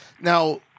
Now